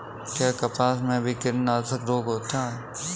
क्या कपास में भी कीटनाशक रोग होता है?